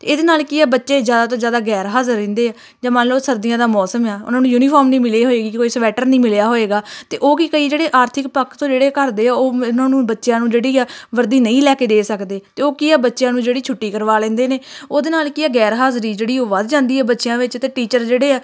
ਅਤੇ ਇਹਦੇ ਨਾਲ ਕੀ ਆ ਬੱਚੇ ਜ਼ਿਆਦਾ ਤੋਂ ਜ਼ਿਆਦਾ ਗੈਰ ਹਾਜ਼ਰ ਰਹਿੰਦੇ ਆ ਜਾਂ ਮੰਨ ਲਓ ਸਰਦੀਆਂ ਦਾ ਮੌਸਮ ਆ ਉਹਨਾਂ ਨੂੰ ਯੂਨੀਫੋਰਮ ਨਹੀਂ ਮਿਲੀ ਹੋਵੇਗੀ ਕਿ ਕੋਈ ਸਵੈਟਰ ਨਹੀਂ ਮਿਲਿਆ ਹੋਵੇਗਾ ਤਾਂ ਉਹ ਕੀ ਕਈ ਜਿਹੜੇ ਆਰਥਿਕ ਪੱਖ ਤੋਂ ਜਿਹੜੇ ਘਰ ਦੇ ਆ ਉਹ ਉਹਨਾਂ ਨੂੰ ਬੱਚਿਆਂ ਨੂੰ ਜਿਹੜੀ ਆ ਵਰਦੀ ਨਹੀਂ ਲੈ ਕੇ ਦੇ ਸਕਦੇ ਤਾਂ ਉਹ ਕੀ ਆ ਬੱਚਿਆਂ ਨੂੰ ਜਿਹੜੀ ਛੁੱਟੀ ਕਰਵਾ ਲੈਂਦੇ ਨੇ ਉਹਦੇ ਨਾਲ ਕੀ ਆ ਗੈਰ ਹਾਜ਼ਰੀ ਜਿਹੜੀ ਉਹ ਵੱਧ ਜਾਂਦੀ ਤਾਂ ਬੱਚਿਆਂ ਵਿੱਚ ਅਤੇ ਟੀਚਰ ਜਿਹੜੇ ਆ